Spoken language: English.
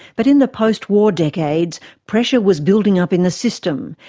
but in the post war decades, pressure was building up in the system,